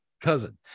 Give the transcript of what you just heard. cousin